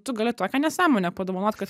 tu gali tokią nesąmonę padovanot kad